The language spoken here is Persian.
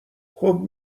خوب